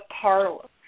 parlor